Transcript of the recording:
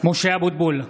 הצבעה שמית (קורא בשמות חברי הכנסת) משה אבוטבול,